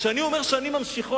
כשאני אומר שאני ממשיכו,